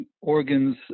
organs